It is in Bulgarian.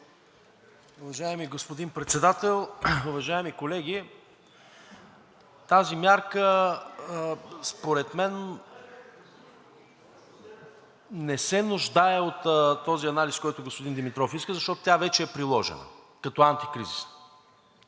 Уважаеми господин Председател, уважаеми колеги! Тази мярка според мен не се нуждае от този анализ, който господин Димитров иска, защото тя вече е приложена като антикризисна.